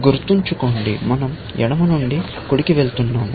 గుర్తుంచుకోండి మనం ఎడమ నుండి కుడికి వెళ్తున్నాము